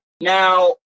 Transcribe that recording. now